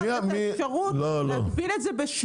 את האפשרות להגביל את זה בשלב ההיתר.